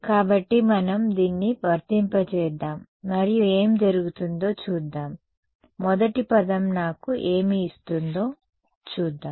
కాబట్టి మనం దీన్ని వర్తింపజేద్దాం మరియు ఏమి జరుగుతుందో చూద్దాం మొదటి పదం నాకు ఏమి ఇస్తుందో చూద్దాం